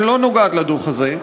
שלא נוגעת לדוח הזה,